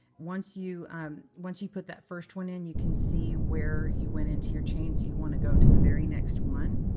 once you um once you put that first one in, you can see where you went into your chain. so you want to go to the very next one.